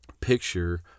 picture